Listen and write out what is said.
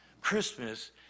Christmas